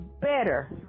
better